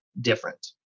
different